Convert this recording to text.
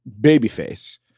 babyface